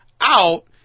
out